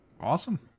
Awesome